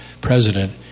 president